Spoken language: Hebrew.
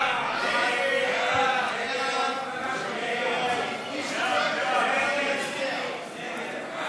ההצעה להסיר מסדר-היום את הצעת חוק ערבות למשכנתאות (תיקון,